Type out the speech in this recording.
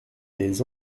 des